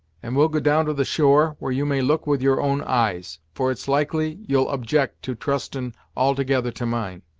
and we'll go down to the shore, where you may look with your own eyes for it's likely you'll object to trustin' altogether to mine.